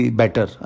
better